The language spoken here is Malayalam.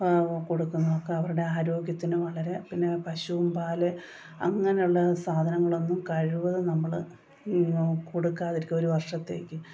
കൊടുക്കുന്നതൊക്കെ അവരുടെ ആരോഗ്യത്തിന് വളരെ പിന്നെ പശുവിൻ പാൽ അങ്ങനെയുള്ള സാധനങ്ങൾ ഒന്നും കഴിവതും നമ്മൾ കൊടുക്കാതിരിക്കുക ഒരു വർഷത്തേക്ക്